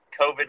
COVID